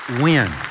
win